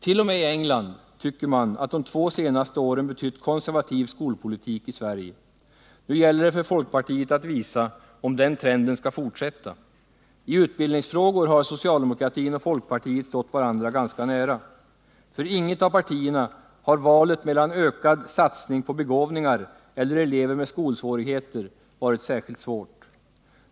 T. o. m. i England tycker man att de två senaste åren betytt konservativ skolpolitik i Sverige. Nu gäller det för folkpartiet att visa om den trenden skall fortsätta. I utbildningefrågor har socialdemokratin och folkpartiet stått varandra ganska nära. För inget av partierna har valet mellan ökad satsning på begåvningar eller elever med skolsvårigheter varit särskilt svårt.